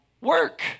Work